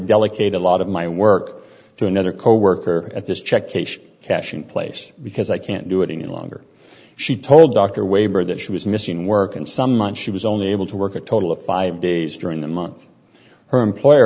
delegate a lot of my work to another coworker at this check case cashing place because i can't do it any longer she told dr waiver that she was missing work and some months she was only able to work a total of five days during the month her employer